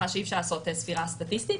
אני מניחה שאי-אפשר לעשות ספירה סטטיסטית,